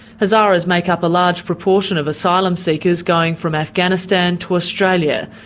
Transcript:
hazaras make up a large proportion of asylum seekers going from afghanistan to australia.